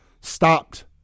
stopped